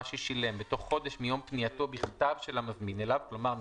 ששילם בתוך חודש מיום פנייתו בכתב של המזמין אליו כלומר,